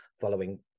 following